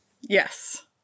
Yes